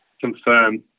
confirm